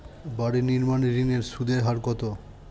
বাড়ি নির্মাণ ঋণের সুদের হার কত?